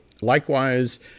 Likewise